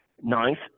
Ninth